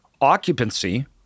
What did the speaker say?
occupancy